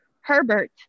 Herbert